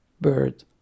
bird